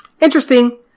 Interesting